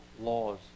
laws